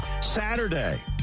Saturday